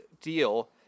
deal